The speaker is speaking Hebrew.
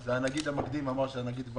זה המינימום שאנחנו יכולים לדרוש,